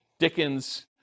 Dickens